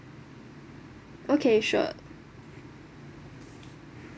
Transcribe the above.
okay sure